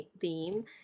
Theme